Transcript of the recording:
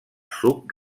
suc